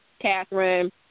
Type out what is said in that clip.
Catherine